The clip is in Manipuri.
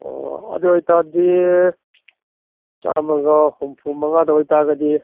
ꯑꯣ ꯑꯗꯨ ꯑꯣꯏꯇꯥꯔꯗꯤ ꯆꯥꯝꯃꯒ ꯍꯨꯝꯐꯨ ꯃꯉꯥꯗ ꯑꯣꯏꯇꯥꯔꯒꯗꯤ